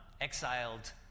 exiled